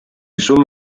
sono